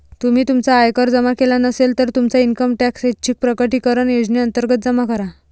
तुम्ही तुमचा आयकर जमा केला नसेल, तर तुमचा इन्कम टॅक्स ऐच्छिक प्रकटीकरण योजनेअंतर्गत जमा करा